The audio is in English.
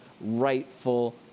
rightful